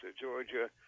Georgia